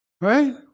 right